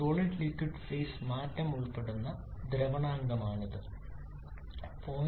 solid liquid phase മാറ്റം ഉൾപ്പെടുന്ന ദ്രവണാങ്കമാണിത് 0